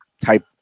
type